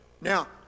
Now